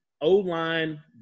O-line